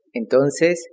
entonces